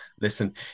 listen